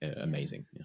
amazing